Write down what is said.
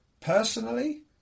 Personally